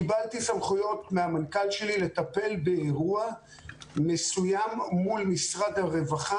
קיבלתי סמכויות מהמנכ"ל שלי לטפל באירוע מסוים מול משרד הרווחה,